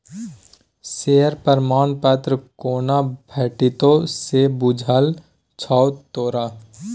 Share प्रमाण पत्र कोना भेटितौ से बुझल छौ तोरा?